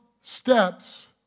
steps